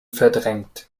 verdrängt